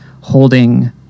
holding